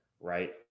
right